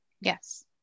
Yes